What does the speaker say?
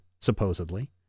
supposedly